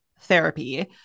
therapy